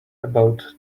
about